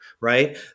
right